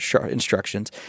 instructions